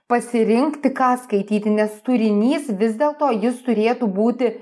pasirinkti ką skaityti nes turinys vis dėl to jis turėtų būti